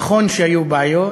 נכון שהיו בעיות,